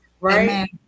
Right